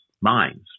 minds